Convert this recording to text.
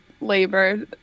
labor